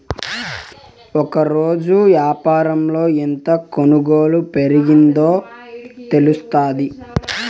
ఒకరోజు యాపారంలో ఎంత కొనుగోలు పెరిగిందో తెలుత్తాది